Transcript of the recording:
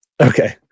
Okay